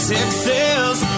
Texas